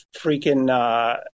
freaking